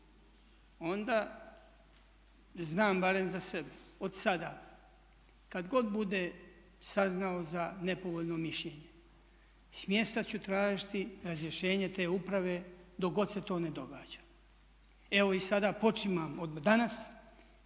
onda znam barem za sebe od sada kad god budem saznao za nepovoljno mišljenje smjesta ću tražiti razrješenje te uprave dok god se to ne događa. Evo i sada počimam od danas